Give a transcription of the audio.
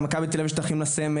במכבי תל אביב יש את אחים לסמל,